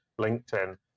LinkedIn